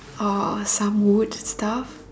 or a some wood stuff